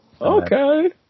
okay